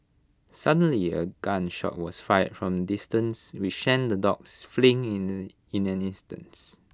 suddenly A gun shot was fired from distance which sent the dogs fleeing in the in an instant